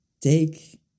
take